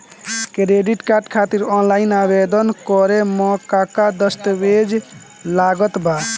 Credit card खातिर offline आवेदन करे म का का दस्तवेज लागत बा?